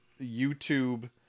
YouTube